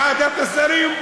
ועדת השרים,